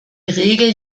regel